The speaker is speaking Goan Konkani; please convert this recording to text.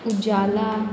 उजाला